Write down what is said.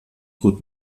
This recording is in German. gut